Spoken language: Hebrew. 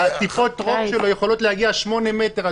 --- הטיפות רוק שלו יכולות להגיע 8 מטר,